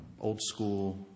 old-school